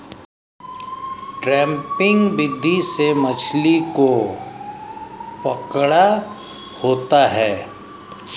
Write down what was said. trapping विधि से मछली को पकड़ा होता है